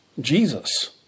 Jesus